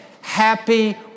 happy